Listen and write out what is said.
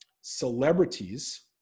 celebrities